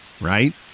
right